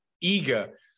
eager